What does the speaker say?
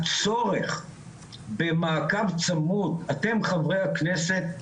הצורך במעקב צמוד, אתם חברי הכנסת,